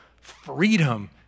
freedom